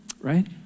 Right